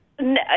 No